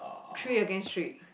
three against three